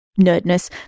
nerdness